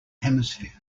hemisphere